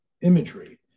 imagery